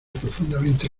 profundamente